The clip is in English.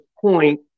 point